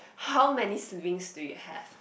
how many siblings do you have